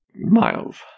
Miles